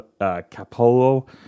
Capolo